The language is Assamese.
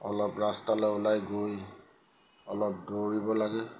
অলপ ৰাস্তালৈ ওলাই গৈ অলপ দৌৰিব লাগে